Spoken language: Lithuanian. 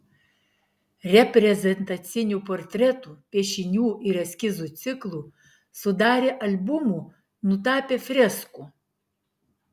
reprezentacinių portretų piešinių ir eskizų ciklų sudarė albumų nutapė freskų